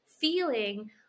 feeling